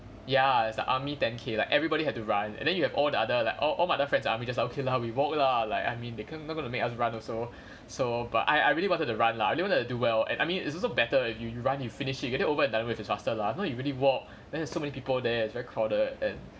ya is the army ten K like everybody had to run and then you have all the other like all my other friends in army just okay lah we walk lah like I mean they can't not gonna make us run also so but I I really wanted to run lah I really wanted to do well and I mean it's also better if you you run you finish you get it over and done will be faster lah you know you really walk then so many people there it's very crowded and